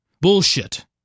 Bullshit